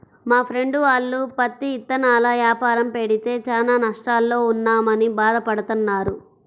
మా ఫ్రెండు వాళ్ళు పత్తి ఇత్తనాల యాపారం పెడితే చానా నష్టాల్లో ఉన్నామని భాధ పడతన్నారు